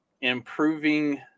improving